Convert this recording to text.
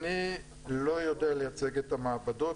אני לא יודע לייצג את המעבדות,